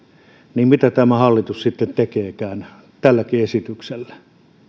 joten mitä tämä hallitus sitten tekee tälläkin esityksellä